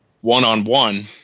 one-on-one